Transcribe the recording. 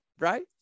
Right